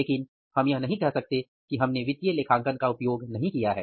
लेकिन हम यह नहीं कह सकते हैं कि हमने वित्तीय लेखांकन का उपयोग नहीं किया है